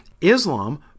Islam